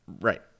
Right